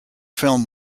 film